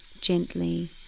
gently